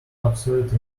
obsolete